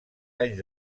anys